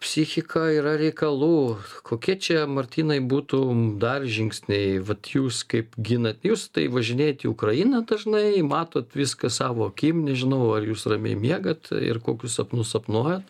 psichika yra reikalų kokie čia martynai būtų dar žingsniai vat jūs kaip ginat jūs tai važinėjat į ukrainą dažnai matot viską savo akim nežinau ar jūs ramiai miegat ir kokius sapnus sapnuojat